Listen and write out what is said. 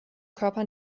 körper